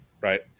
Right